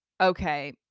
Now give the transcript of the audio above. okay